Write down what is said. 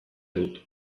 dut